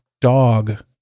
dog